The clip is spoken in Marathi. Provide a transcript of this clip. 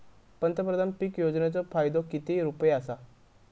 पंतप्रधान पीक योजनेचो फायदो किती रुपये आसा?